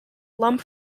lump